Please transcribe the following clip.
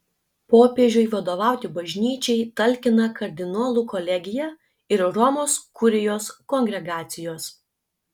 popiežiui vadovauti bažnyčiai talkina kardinolų kolegija ir romos kurijos kongregacijos